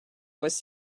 was